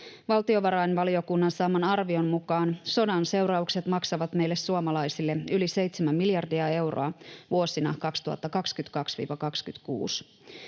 Valtiovarainvaliokunnan saaman arvion mukaan sodan seuraukset maksavat meille suomalaisille yli 7 miljardia euroa vuosina 2022—2026.